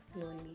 slowly